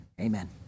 Amen